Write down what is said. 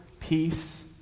peace